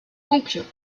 conclure